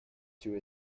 too